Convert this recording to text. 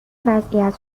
وضعیت